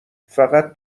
فقط